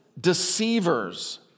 deceivers